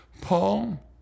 Paul